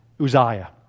Uzziah